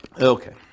Okay